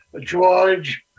George